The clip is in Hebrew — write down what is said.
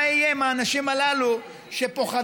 מה יהיה עם האנשים הללו שפוחדים,